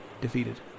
defeated